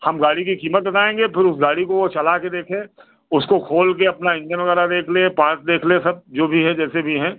हम गाड़ी की क़ीमत बताएँगे फिर उस गाड़ी को वह चलाकर देखे उसको खोलकर अपना इंजन वग़ैरह देख लें पार्क देख लें सब जो भी है जैसे भी है